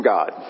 God